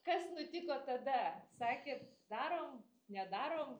kas nutiko tada sakėt darom nedarom